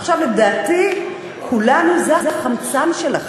עכשיו, לדעתי, כולנו, זה החמצן שלכם.